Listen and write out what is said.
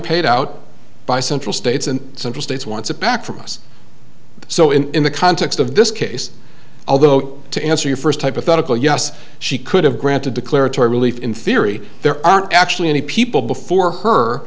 paid out by central states and central states wants it back from us so in the context of this case although to answer your first hypothetical yes she could have granted declaratory relief in theory there aren't actually any people before her